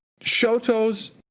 shoto's